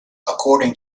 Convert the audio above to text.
according